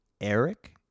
Eric